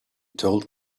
told